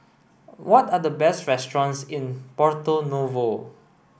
what are the best restaurants in Porto Novo